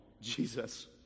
Jesus